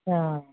हां